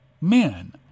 men